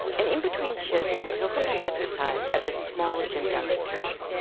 and in between shifts, he'll sometimes exercise at the small gym down the street.